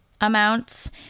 amounts